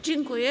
Dziękuję.